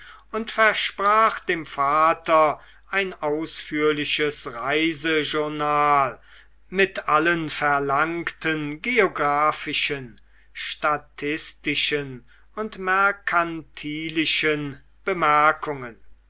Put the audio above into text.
und versprach dem vater ein ausführliches reisejournal mit allen verlangten geographischen statistischen und merkantilischen bemerkungen